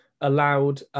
allowed